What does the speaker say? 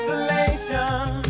Isolation